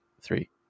Three